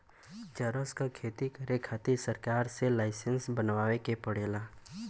चरस क खेती करे खातिर सरकार से लाईसेंस बनवाए के पड़ेला